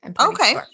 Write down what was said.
Okay